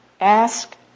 Ask